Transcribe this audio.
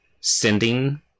sending